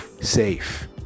safe